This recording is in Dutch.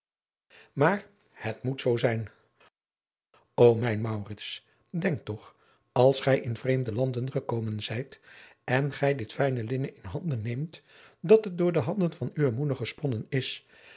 maar het moet zoo zijn o mijn maurits denk toch als gij in vreemde landen gekomen zijt en gij dit fijne linnen in handen neemt dat het door de handen van uwe moeder gesponnen is